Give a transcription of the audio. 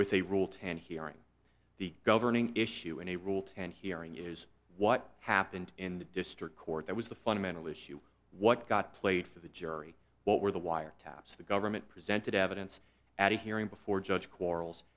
with a rule to hand hearing the governing issue in a rule ten hearing is what happened in the district court that was the fundamental issue what got played for the jury what were the wiretaps the government presented evidence at a hearing before judge quarrels